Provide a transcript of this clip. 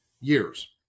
years